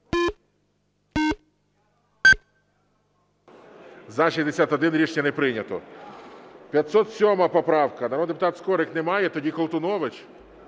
За-61 Рішення не прийнято. 507 поправка. Народний депутат Скорик – немає. Тоді Колтунович,